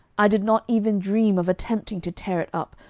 i did not even dream of attempting to tear it up,